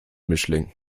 mischling